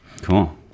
Cool